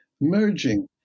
merging